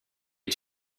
est